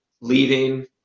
leaving